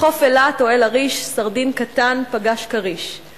בחוף אילת או אל-עריש / סרדין קטן פגש כריש./